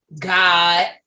God